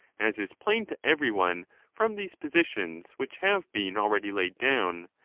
as is plain to every one from these positions which have been already laid down,